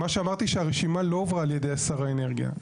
מה שאמרתי שהרשימה לא הועברה על ידי שר האנרגיה.